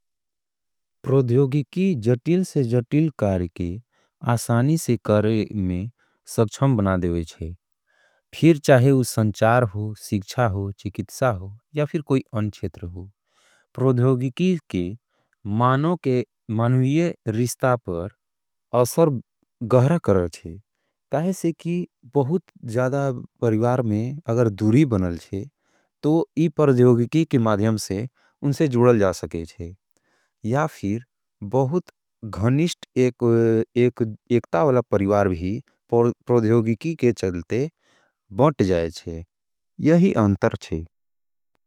प्रोध्योगिकी जटिल से जटिल कारिके आसानी से करे में सक्षम बना देवेचे। फिर चाहे उस संचार हो, सिख्षा हो, चिकित्सा हो या फिर कोई अंच्छेत्र हो। प्रोध्योगिकी के मानो के मनुविये रिष्टा पर असर गहरा करर छे। काहे से कि बहुत जदा परिवार में अगर दूरी बनल छे, तो इ प्रोध्योगिकी की माध्यम से उनसे जुडल जा सके छे। या फिर बहुत गहनिष्ट एक एकता वाला परिवार भी प्रोध्योगिकी के चलते बन्ट जाये छे। यही अंतर छे।